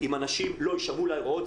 אם אנשים לא יישמעו להוראות,